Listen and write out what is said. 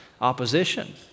opposition